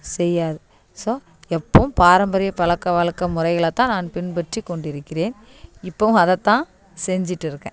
செய்யாது ஸோ எப்போவும் பாரம்பரிய பழக்க வழக்க முறைகளைத்தான் நான் பின்பற்றி கொண்டிருக்கிறேன் இப்போவும் அதைத்தான் செஞ்சுட்டு இருக்கேன்